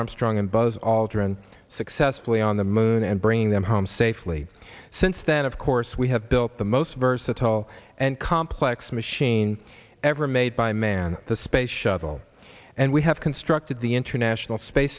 armstrong and buzz aldrin successfully on the moon and bring them home safely since then of course we have built the most versatile and complex machine ever made by man the space shuttle and we have constructed the international space